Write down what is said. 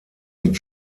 mit